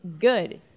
good